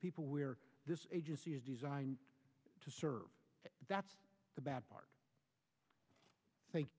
people where this agency is designed to serve that's the bad part thank